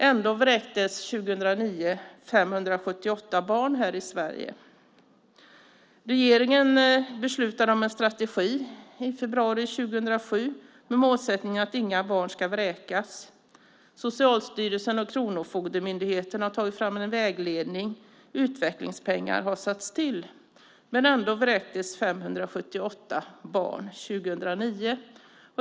Ändå vräktes 578 barn i Sverige 2009. Regeringen beslutade i februari 2007 om en strategi med målsättningen att inga barn ska vräkas. Socialstyrelsen och Kronofogdemyndigheten har tagit fram en vägledning, och utvecklingspengar har satts till. Ändå vräktes 578 barn 2009.